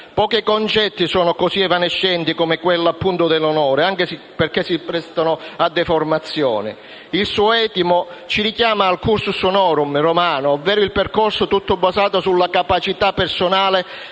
Pochi concetti sono evanescenti come quello di onore, anche perché si presta a deformazioni. Il suo etimo ci richiama al *cursus honorum* romano, ovvero il percorso tutto basato sulla capacità personale